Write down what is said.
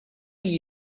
gli